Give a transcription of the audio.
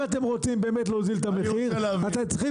אם אתם רוצים באמת להוזיל את המחיר אתם צריכים